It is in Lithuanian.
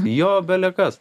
jo bele kas